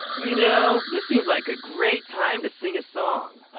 you know. this seems like a great time to sing a song.